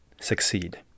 succeed